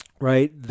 right